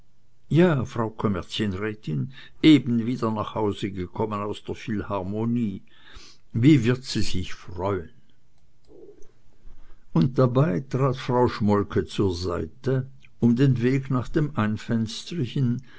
ja frau kommerzienrätin eben wieder nach hause gekommen aus der philharmonie wie wird sie sich freuen und dabei trat frau schmolke zur seite um den weg nach dem